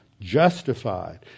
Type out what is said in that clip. justified